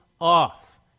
off